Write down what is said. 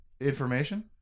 information